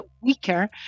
weaker